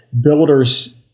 builders